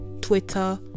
twitter